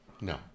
No